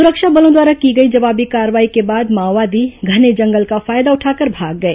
सुरक्षा बलों द्वारा की गई जवाबी कार्रवाई के बाद माओवादी घने जंगल का फायदा उठाकर भाग गए